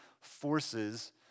forces